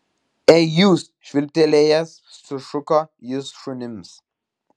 ei jūs švilptelėjęs sušuko jis šunims